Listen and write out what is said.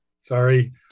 sorry